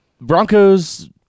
Broncos